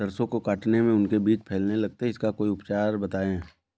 सरसो को काटने में उनके बीज फैलने लगते हैं इसका कोई उपचार बताएं?